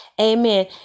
Amen